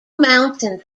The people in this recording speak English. mountains